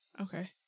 Okay